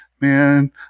man